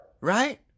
right